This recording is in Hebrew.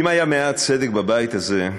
מה היעד שלכם,